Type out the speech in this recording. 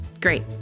Great